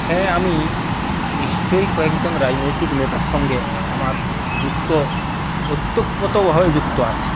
হ্যাঁ আমি নিশ্চয়ই কয়েকজন রাজনৈতিক নেতার সঙ্গে আমার যুক্ত ওতপ্রোতভাবে যুক্ত আছি